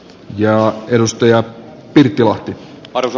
ja edustaja virpi lahti arto